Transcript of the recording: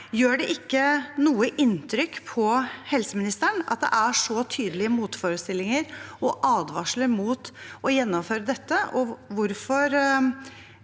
Gjør det ikke noe inntrykk på helseministeren at det er så tydelige motforestillinger og advarsler mot å